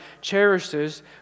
cherishes